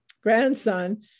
grandson